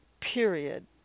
period